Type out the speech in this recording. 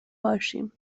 باشیم